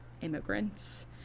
immigrants